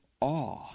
awe